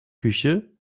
küche